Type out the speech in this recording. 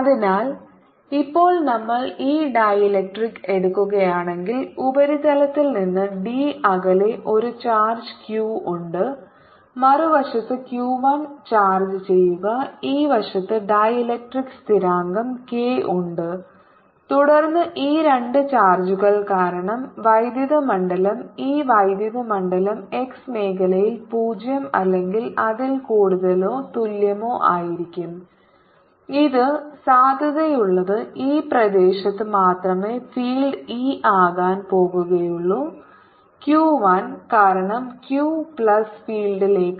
അതിനാൽ ഇപ്പോൾ നമ്മൾ ഈ ഡീലക്ട്രിക് എടുക്കുകയാണെങ്കിൽ ഉപരിതലത്തിൽ നിന്ന് d അകലെ ഒരു ചാർജ് q ഉണ്ട് മറുവശത്ത് q 1 ചാർജ് ചെയ്യുക ഈ വശത്ത് ഡീലക്ട്രിക് സ്ഥിരാങ്കം k ഉണ്ട് തുടർന്ന് ഈ 2 ചാർജുകൾ കാരണം വൈദ്യുത മണ്ഡലം ഈ വൈദ്യുത മണ്ഡലം x മേഖലയിൽ 0 അല്ലെങ്കിൽ അതിൽ കൂടുതലോ തുല്യമോ ആയിരിക്കും ഇത് സാധുതയുള്ളത് ഈ പ്രദേശത്ത് മാത്രമേ ഫീൽഡ് ഇ ആകാൻ പോകുകയുള്ളൂ q 1 കാരണം q പ്ലസ് ഫീൽഡിലേക്ക്